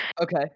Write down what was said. Okay